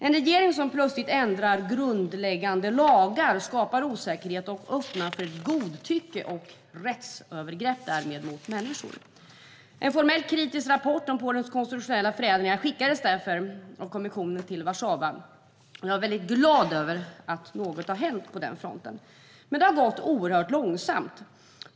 En regering som plötsligt ändrar grundläggande lagar skapar osäkerhet och öppnar för godtycke och därmed rättsövergrepp mot människor. En formell, kritisk rapport om Polens konstitutionella förändringar skickades därför av kommissionen till Warszawa, och jag är väldigt glad över att något har hänt på den fronten. Det har dock gått oerhört långsamt.